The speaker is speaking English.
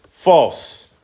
False